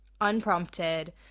unprompted